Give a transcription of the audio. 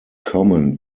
common